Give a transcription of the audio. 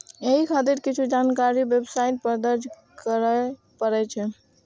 एहि खातिर किछु जानकारी वेबसाइट पर दर्ज करय पड़ै छै